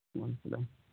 وعلیکم اسلام